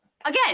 again